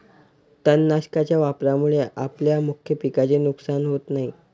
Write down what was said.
तणनाशकाच्या वापरामुळे आपल्या मुख्य पिकाचे नुकसान होत नाही